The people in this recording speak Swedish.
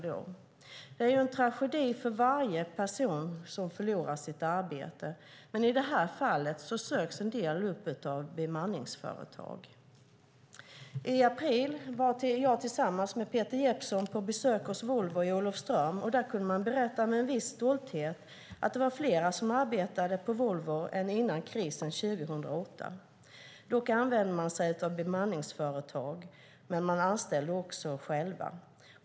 Det är en tragedi för varje person som förlorar sitt arbete, men i det här fallet sögs en del upp av bemanningsföretag. I april var jag tillsammans med Peter Jeppsson på besök hos Volvo i Olofström. Där kunde man med viss stolthet berätta att det var fler som arbetade på Volvo än före krisen 2008. Dock använde man sig av bemanningsföretag, men man anställde också själva.